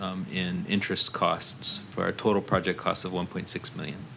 in interest costs for a total project cost of one point six million